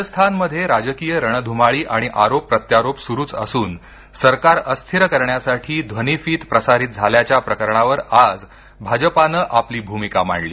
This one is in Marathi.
राजस्थानमध्ये राजकीय रणधुमाळी आणि आरोप प्रत्यारोप सुरूच असून सरकार अस्थिर करण्यासाठी ध्वनिफीत प्रसारित झाल्याच्या प्रकरणावर आज भाजपाने आपली भूमिका मांडली